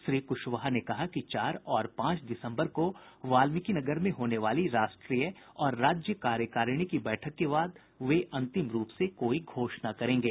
श्री कुशवाहा ने कहा कि चार और पांच दिसम्बर को वाल्मिकीनगर में होने वाली राष्ट्रीय और राज्य कार्यकारिणी की बैठक के बाद वे अंतिम रूप से कोई घोषणा करेंगे